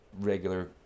regular